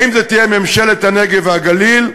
האם זו תהיה ממשלת הנגב והגליל,